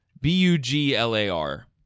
B-U-G-L-A-R